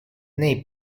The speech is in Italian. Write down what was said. nei